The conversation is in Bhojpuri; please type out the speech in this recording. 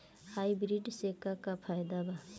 हाइब्रिड से का का फायदा बा?